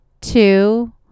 two